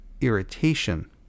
irritation